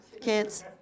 kids